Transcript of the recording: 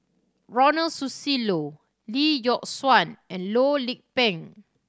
Ronald Susilo Lee Yock Suan and Loh Lik Peng